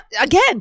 again